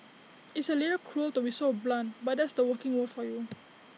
it's A little cruel to be so blunt but that's the working world for you